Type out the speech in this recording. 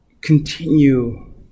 continue